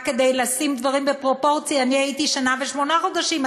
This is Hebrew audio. רק כדי לשים דברים בפרופורציה: אני הייתי שנה ושמונה חודשים,